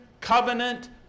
covenant